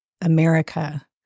America